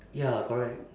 ya correct